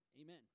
Amen